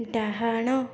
ଡାହାଣ